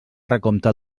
recompte